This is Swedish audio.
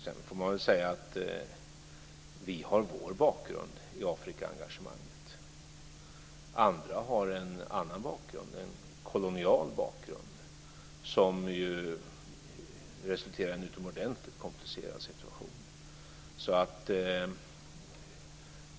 Sedan har vi vår bakgrund i Afrikaengagemanget, andra har en annan bakgrund, en kolonial bakgrund, som ju resulterar i en utomordentligt komplicerad situation.